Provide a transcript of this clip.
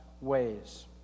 ways